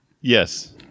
Yes